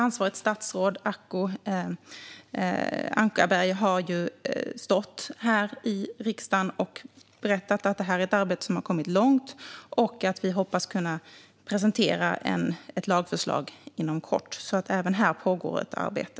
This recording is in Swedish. Ansvarigt statsråd Acko Ankarberg Johansson har stått här i riksdagen och berättat att detta är ett arbete som har kommit långt och att vi hoppas kunna presentera ett lagförslag inom kort. Även här pågår alltså ett arbete.